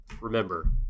remember